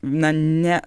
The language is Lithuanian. na ne